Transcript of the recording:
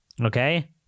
Okay